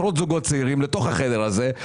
לתוך החדר הזה,